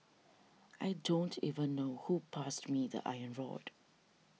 I don't even know who passed me the iron rod